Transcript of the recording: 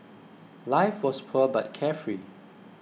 life was poor but carefree